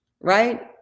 right